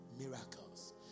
miracles